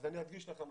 אז אני אדגיש לך משהו,